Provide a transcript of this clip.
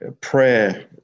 prayer